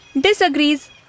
disagrees